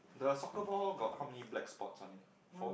the soccer ball got how many black spots on it four